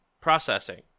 processing